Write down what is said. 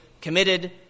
committed